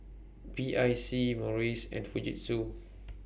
B I C Morries and Fujitsu